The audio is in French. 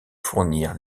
fournir